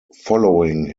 following